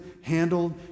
handled